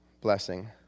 blessing